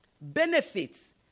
Benefits